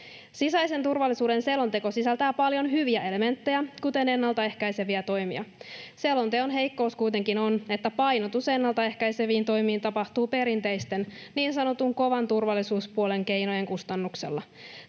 Sisäisen turvallisuuden selonteko sisältää paljon hyviä elementtejä, kuten ennaltaehkäiseviä toimia. Selonteon heikkous kuitenkin on, että painotus ennaltaehkäiseviin toimiin tapahtuu perinteisten, niin sanotun kovan turvallisuuspuolen keinojen kustannuksella.